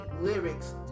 lyrics